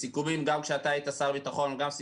הם הוצאו.